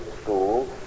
school